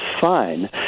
fine